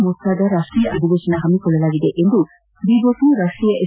ಮೋರ್ಚಾದ ರಾಷ್ಷೀಯ ಅಧಿವೇಶನ ಪಮ್ಮಿಕೊಳ್ಳಲಾಗಿದೆ ಎಂದು ಬಿಜೆಪಿ ರಾಷ್ಷೀಯ ಎಸ್